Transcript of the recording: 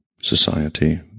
society